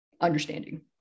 understanding